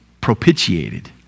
propitiated